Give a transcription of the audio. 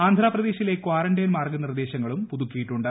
ആന്ധ്രാപ്രദ്ദേശിലെ quarantine മാർഗ്ഗനിർദ്ദേശങ്ങളും പുതുക്കിയിട്ടുണ്ട്